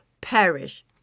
perish